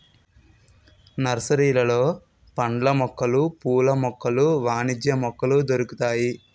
నర్సరీలలో పండ్ల మొక్కలు పూల మొక్కలు వాణిజ్య మొక్కలు దొరుకుతాయి